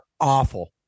awful